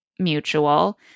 mutual